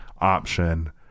option